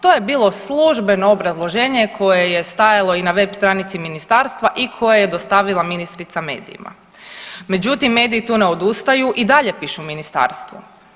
To je bilo službeno obrazloženje koje je stajalo i na web stranici ministarstva i koje je dostavila ministrica medijima, međutim mediji tu ne odustaju i dalje pišu ministarstvu.